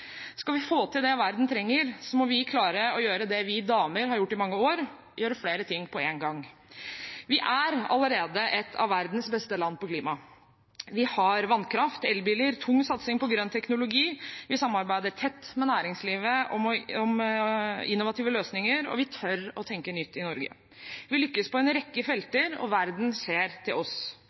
Skal vi få til det verden trenger, må vi klare å gjøre det vi damer har gjort i mange år: gjøre flere ting på én gang. Vi er allerede et av verdens beste land på klima. Vi har vannkraft, elbiler og tung satsing på grønn teknologi. Vi samarbeider tett med næringslivet om innovative løsninger, og vi tør å tenke nytt i Norge. Vi lykkes på en rekke felter, og verden ser til oss.